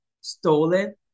stolen